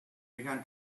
began